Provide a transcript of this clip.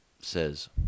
says